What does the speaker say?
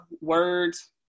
words